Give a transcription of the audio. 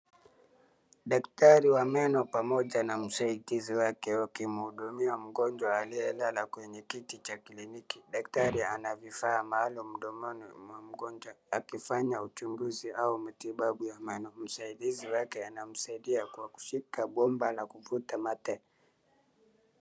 Daktari wa meno pamoja na msaidizi wake wakimhudumia mgonjwa aliyelala kwenye kiti cha kliniki. Daktari anavifaa maalum mdomoni mwa mgonjwa akifanya uchunguzi au matibabu ya meno. Msaidizi wake anamsaidia kwa kushika bomba la kuvuta mate.